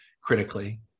critically